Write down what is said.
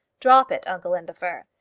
drop it, uncle indefer.